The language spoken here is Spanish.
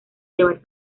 llevar